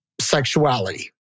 sexuality